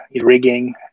rigging